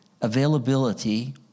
availability